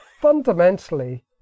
fundamentally